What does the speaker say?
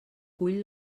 cull